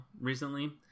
recently